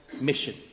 mission